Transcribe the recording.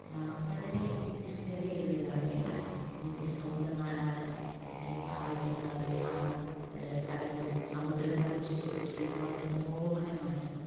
വളരെ വ്യത്യസ്തതയേറിയതാണ് കേരളത്തിൻ്റെ ദൈവത്തിൻ്റെ സ്വന്തം നാടാണ് കായലുകളാളും കടലിനും സമുദ്രത്താലും ചുറ്റപ്പെട്ടിരിക്കുന്ന വളരെ മനോഹരമായ സ്ഥലം